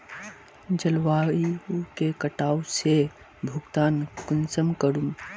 जलवायु के कटाव से भुगतान कुंसम करूम?